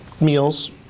meals